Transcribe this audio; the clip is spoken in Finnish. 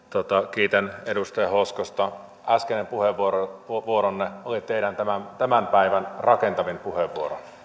kiitän edustaja hoskosta äskeinen puheenvuoronne oli teidän tämän tämän päivän rakentavin puheenvuoronne